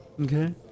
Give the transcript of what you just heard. Okay